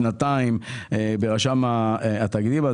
שנתיים ברשם התאגידים.